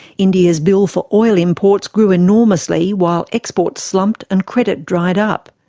india's bill for oil imports grew enormously, while exports slumped and credit dried up.